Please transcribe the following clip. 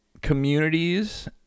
communities